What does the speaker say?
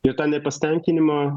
ir tą nepasitenkinimą